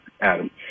Adam